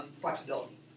flexibility